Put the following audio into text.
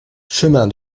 chemin